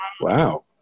wow